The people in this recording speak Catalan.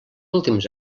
últims